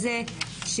הזה